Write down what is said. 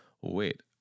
wait